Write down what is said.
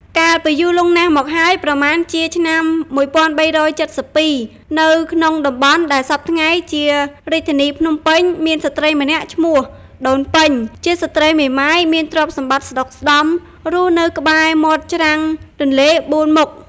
កាលពីយូរលង់ណាស់មកហើយ ប្រមាណជាឆ្នាំ ១៣៧២ នៅក្នុងតំបន់ដែលសព្វថ្ងៃជារាជធានីភ្នំពេញ មានស្ត្រីម្នាក់ឈ្មោះ ដូនពេញ ជាស្ត្រីមេម៉ាយមានទ្រព្យសម្បត្តិស្ដុកស្ដម្ភ រស់នៅក្បែរមាត់ច្រាំងទន្លេបួនមុខ។